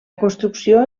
construcció